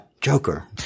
Joker